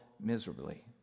miserably